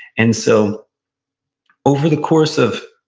and so over the course of